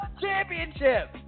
championship